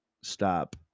stop